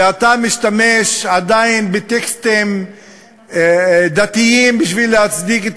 ואתה משתמש עדיין בטקסטים דתיים בשביל להצדיק את